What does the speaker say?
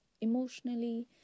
emotionally